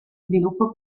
sviluppo